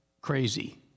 crazy